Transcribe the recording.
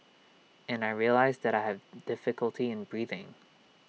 and I realised that I had difficulty in breathing